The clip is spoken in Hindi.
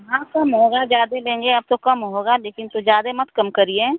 हाँ कम होगा ज़्यादा लेंगे अब तो कम होगा लेकिन तो ज़्यादा मत कम करिए